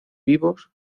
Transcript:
vivos